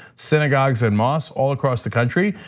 synagogues and mosques all across the country.